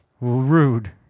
Rude